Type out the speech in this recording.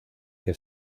que